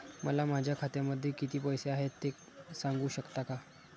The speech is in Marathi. मला माझ्या खात्यामध्ये किती पैसे आहेत ते सांगू शकता का?